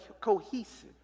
cohesive